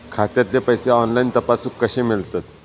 खात्यातले पैसे ऑनलाइन तपासुक कशे मेलतत?